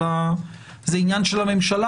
אלא זה עניין של הממשלה.